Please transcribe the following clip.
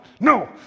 no